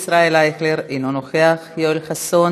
חבר הכנסת ישראל אייכלר, אינו נוכח, יואל חסון,